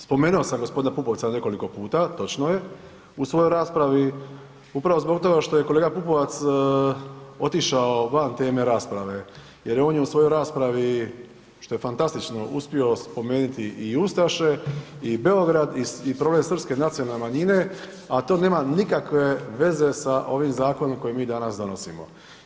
Spomenuo sam g. Pupovca nekoliko puta, točno je, u svojoj raspravi upravo zbog toga što je kolega Pupovac otišao van teme rasprave jer on je u svojoj raspravi, što je fantastično, uspio spomenuti i ustaše i Beograd i problem srpske nacionalne manjine, a to nema nikakve veze sa ovim zakonom koji mi danas donosimo.